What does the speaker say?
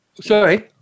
Sorry